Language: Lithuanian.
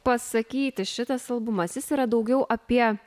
pasakyti šitas albumas jis yra daugiau apie